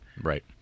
Right